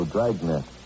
DragNet